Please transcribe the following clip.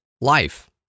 life